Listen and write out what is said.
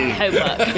homework